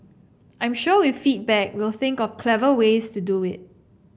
I'm sure with feedback we'll think of clever ways to do it